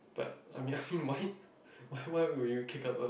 but I mean I mean why why would you kick up a